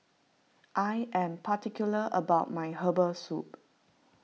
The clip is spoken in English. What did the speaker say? I am particular about my Herbal Soup